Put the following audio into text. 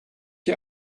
die